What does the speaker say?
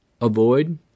avoid